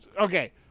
Okay